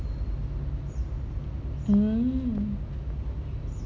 mm